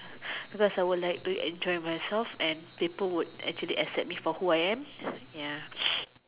because I would like to enjoy myself and people would actually accept me for who I am